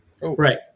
Right